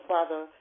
Father